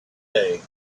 day